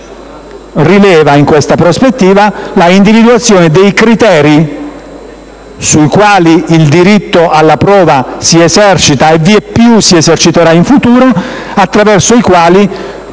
quindi rileva in questa prospettiva la individuazione dei criteri sui quali il diritto alla prova si esercita, e ancora di più si eserciterà in futuro, attraverso i quali